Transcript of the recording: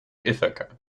ithaca